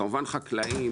חקלאים,